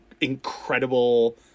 incredible